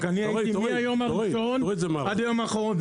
אני הייתי מהיום הראשון עד היום האחרון.